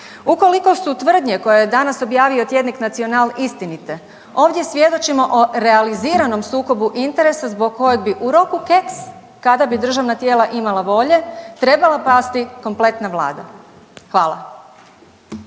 Ukoliko su tvrdne koje je danas objavio tjednik Nacional istinite ovdje svjedočimo o realiziranom sukobu interesa zbog kojeg bi u roku keks kada bi državna tijela imala volje trebala pasti kompletna vlada. Hvala.